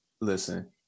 listen